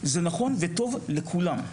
זה נכון וטוב לכולם.